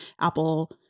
Apple